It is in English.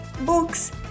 books